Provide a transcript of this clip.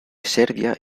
serbia